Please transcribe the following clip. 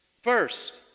First